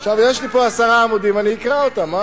יש לי פה עשרה עמודים ואני אקרא אותם.